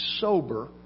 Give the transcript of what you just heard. sober